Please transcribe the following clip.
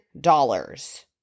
dollars